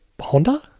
Honda